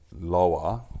lower